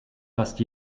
fast